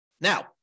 Now